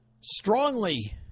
strongly